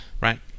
right